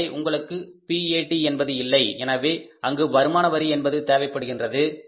எனவே உங்களுக்கு PAT என்பது இல்லை எனவே அங்கு வருமான வரி என்பது தேவைப்படுகின்றது